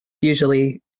usually